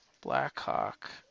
Blackhawk